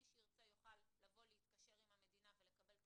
מי שירצה יוכל להתקשר עם המדינה ולקבל תמריץ,